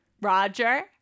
Roger